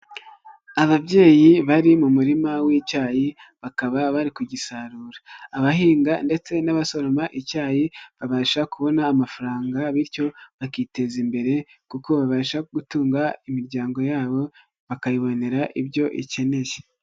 Ababyeyi bari mu murima w'icyayi bakaba bari kugisarura, abahinga ndetse n'abasoroma icyayi babasha kubona amafaranga bityo bakiteza imbere kuko babasha gutunga imiryango yabo bakayibonera ibyo ikeneye.